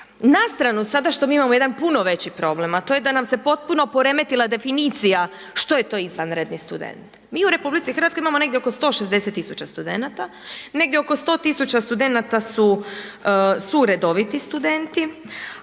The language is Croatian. Na stranu sada što mi imamo jedan puno veći problem, a to je da nam se potpuno poremetila definicija što je to izvanredni student. Mi u Republici Hrvatskoj imamo negdje oko 160 tisuća studenata, negdje oko 100 tisuća studenata su redoviti studenti,